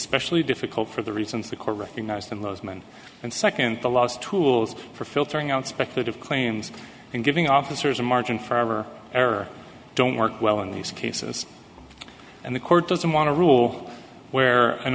specially difficult for the reasons the court recognized in those men and second to last tools for filtering out speculative claims and giving officers a margin for error don't work well in these cases and the court doesn't want to rule where an